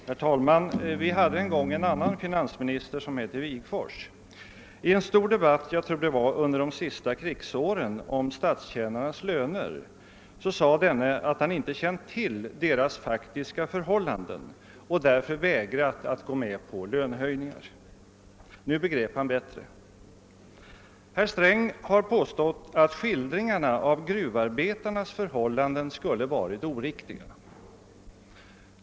Herr talman! Vi hade en gång en fiaansministern som hette Wigforss. I en stor debatt — jag tror det var under de sista krigsåren — om statstjänarnas löner sade han att han inte känt till deras faktiska förhållanden och därför hade vägrat att gå med på lönehöjningar, men nu begrep han bättre. Herr Sträng har påstått att skildringarna av gruvarbetarnas förhållanden skulle varit oriktiga.